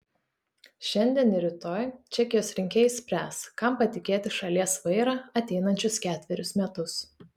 šiandien ir rytoj čekijos rinkėjai spręs kam patikėti šalies vairą ateinančius ketverius metus